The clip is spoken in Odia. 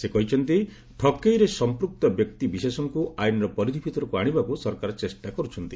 ସେ କହିଛନ୍ତି ଠକେଇରେ ସମ୍ପୃକ୍ତ ବ୍ୟକ୍ତି ବିଶେଷଙ୍କୁ ଆଇନ୍ର ପରିଧି ଭିତରକୁ ଆଶିବାକୁ ସରକାର ଚେଷ୍ଟା କରୁଛନ୍ତି